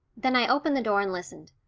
then i opened the door and listened,